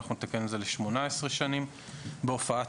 לרבות כל הפעולות הננקטות לשם תיווך להעסקת נער בהופעה.